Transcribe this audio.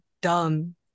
dumb